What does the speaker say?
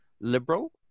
liberal